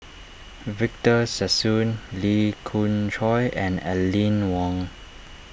Victor Sassoon Lee Khoon Choy and Aline Wong